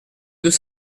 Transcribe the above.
deux